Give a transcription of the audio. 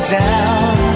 down